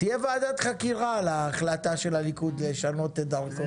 תהיה ועדת חקירה על ההחלטה של הליכוד לשנות את דרכו.